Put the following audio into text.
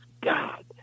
God